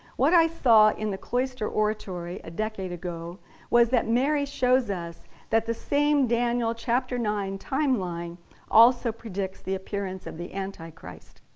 what i saw in the cloister oratory a decade ago was that mary shows us that the same daniel chapter nine time-line also predicts the appearance of the antichrist.